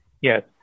Yes